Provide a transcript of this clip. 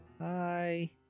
Hi